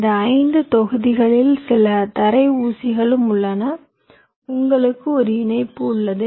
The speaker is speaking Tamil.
இந்த 5 தொகுதிகளில் சில தரை ஊசிகளும் உள்ளன உங்களுக்கு ஒரு இணைப்பு தேவை